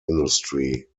industry